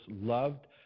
loved